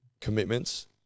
commitments